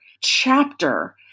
chapter